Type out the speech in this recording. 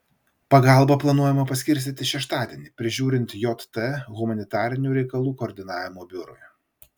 pagalbą planuojama paskirstyti šeštadienį prižiūrint jt humanitarinių reikalų koordinavimo biurui